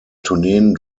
tourneen